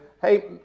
hey